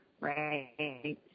right